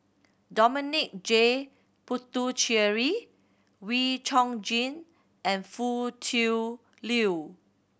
Dominic J Puthucheary Wee Chong Jin and Foo Tui Liew